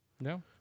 No